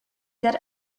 that